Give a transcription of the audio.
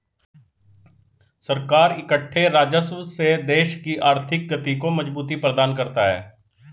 सरकार इकट्ठे राजस्व से देश की आर्थिक गति को मजबूती प्रदान करता है